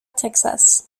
texas